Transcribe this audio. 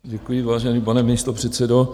Děkuji, vážený pane místopředsedo.